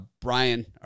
Brian